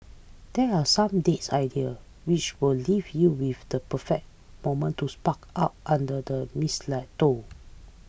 there are some date idea which will leave you with the perfect moment to up under the mistletoe